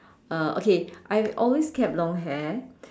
uh okay I've always kept long hair